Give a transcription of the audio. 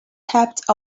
stepped